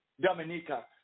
Dominica